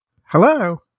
Hello